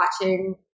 watching